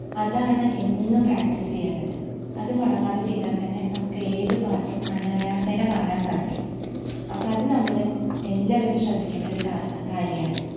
അതാണ് എന്നും പ്രാക്റ്റീസ് ചെയ്യേണ്ടത് അത് മുടങ്ങാതെ ചെയ്താൽ തന്നെ നമുക്കേത് പാട്ടും അനായാസേന പാടാൻ സാധിക്കും അപ്പം അത് നമ്മൾ എല്ലാവരും ശ്രദ്ധിക്കേണ്ട ഒരു കാ കാര്യമാണ്